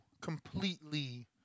completely